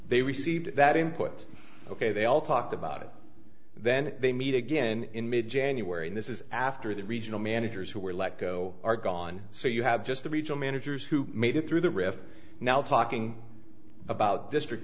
they received that input ok they all talked about it then they meet again in mid january and this is after the regional managers who were let go are gone so you have just the regional managers who made it through the roof now talking about district